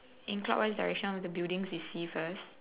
in clockwise direction of the buildings you see first